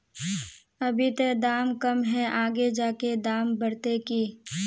अभी ते दाम कम है आगे जाके दाम बढ़ते की?